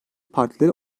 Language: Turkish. partileri